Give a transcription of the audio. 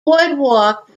boardwalk